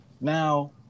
now